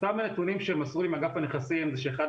אותם הנתונים שמסרו לי מאגף הנכסים זה שאחד